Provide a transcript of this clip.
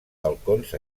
balcons